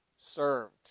served